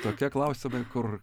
tokie klausimai kur